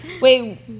Wait